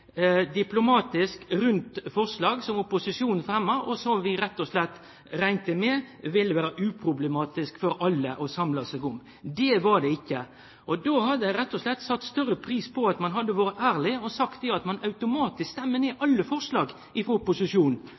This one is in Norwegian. diplomatisk og rundt forslag som opposisjonen fremma, og som vi rett og slett rekna med at det ville vere uproblematisk for alle å samle seg om. Det var det ikkje. Då hadde eg rett og slett sett større pris på om ein hadde vore ærleg og sagt at ein automatisk stemmer ned alle forslag frå opposisjonen.